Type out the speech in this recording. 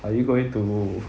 are you going to